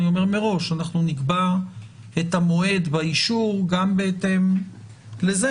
אני אומר מראש: אנחנו נקבע את המועד באישור גם בהתאם לזה,